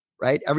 right